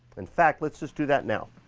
in fact, let's just do that now.